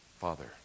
Father